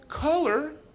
color